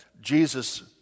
Jesus